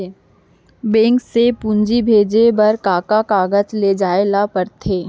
Bank से पूंजी भेजे बर का का कागज ले जाये ल पड़थे?